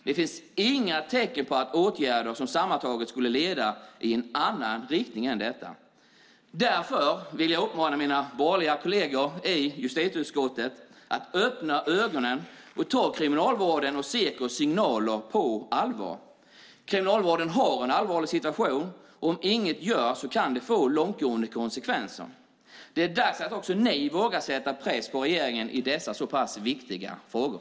Det finns inga tecken på åtgärder som sammantaget skulle leda i en annan riktning än denna. Därför vill jag uppmana mina borgerliga kolleger i justitieutskottet att öppna ögonen och ta kriminalvårdens och Sekos signaler på allvar. Kriminalvården har en allvarlig situation, och om inget görs kan det få långtgående konsekvenser. Det är dags att också ni vågar sätta press på regeringen i dessa så pass viktiga frågor.